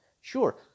Sure